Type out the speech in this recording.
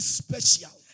special